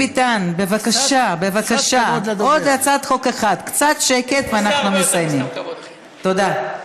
אני עושה הרבה יותר מקצת כבוד, אדוני.